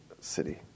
city